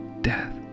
death